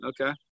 Okay